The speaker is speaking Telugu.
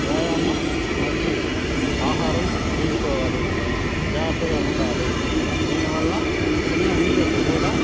వ్యాయామం మంచి ఆహారం తీసుకోవాలి జాగ్రత్తగా ఉండాలి దీనివల్ల చిన్న ఇన్ఫెక్షన్ గూడా